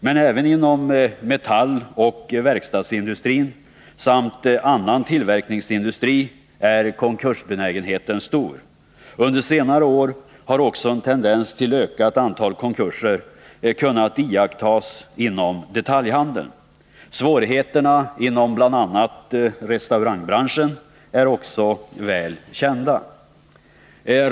Men även inom metalloch verkstadsindustrin samt inom annan tillverkningsindustri är konkursbenägenheten stor. Under senare år har också en tendens till ett ökat antal konkurser kunnat iakttas inom detaljhandeln. Svårigheterna inom bl.a. restaurangbranschen är också väl kända.